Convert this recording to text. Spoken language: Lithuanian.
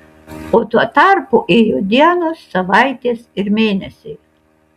o tuo tarpu ėjo dienos savaitės ir mėnesiai